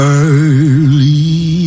early